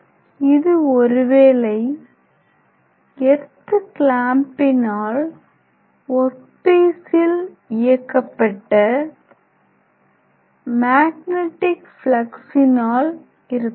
இது ஒருவேளை எர்த் க்ளாம்பினால் ஒர்க் பீசில் இயக்கப்பட்ட மேக்னெட்டிக் பிளக்ஸினால் இருக்கலாம்